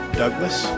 douglas